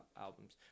albums